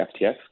FTX